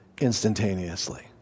instantaneously